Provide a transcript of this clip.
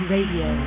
Radio